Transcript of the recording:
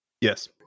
yes